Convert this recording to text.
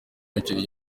umukinnyi